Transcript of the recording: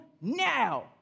now